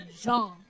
Jean